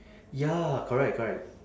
ya correct correct